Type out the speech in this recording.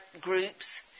groups